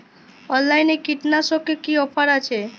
অনলাইনে কীটনাশকে কি অফার আছে?